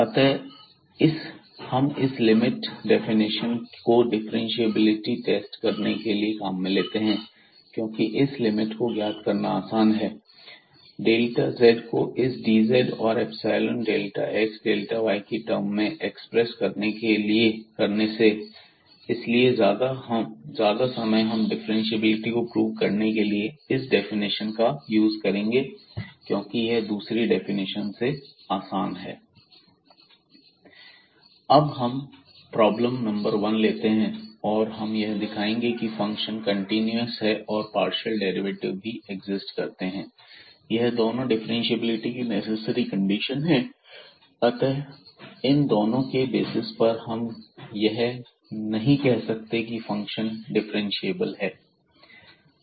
अतः हम इस लिमिट डेफिनेशन को डिफ्रेंशिएबिलिटी टेस्ट करने के लिए काम में ले सकते हैं क्योंकि इस लिमिट को ज्ञात करना आसान है डेल्टा z को इस dz और epsilon delta x delta y की टर्म में एक्सप्रेस करने से इसलिए ज्यादा समय हम डिफ्रेंशिएबिलिटी को प्रूव करने के लिए इस डेफिनेशन का यूज करेंगे क्योंकि यह दूसरी डेफिनेशन से आसान है अब हम प्रॉब्लम नंबर 1 लेते हैं और हम यह दिखाएंगे की फंक्शन कंटीन्यूअस है और पार्शियल डेरिवेटिव भी एक्सिस्ट करते हैं यह दोनों डिफ्रेंशिएबिलिटी की नेसेसरी कंडीशन है अतः इन दोनों के बेसिस पर हम यह नहीं कह सकते की फंक्शन डिफ्रेंशिएबल है